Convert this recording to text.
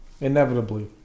inevitably